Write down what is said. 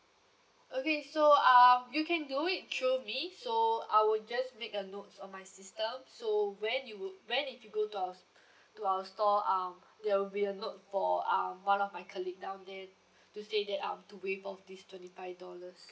okay so uh you can do it through me so I will just make a note on my system so when you would when if you go to our to our store um there will be a note for um one of our colleague down there to say that um to waive off this twenty five dollars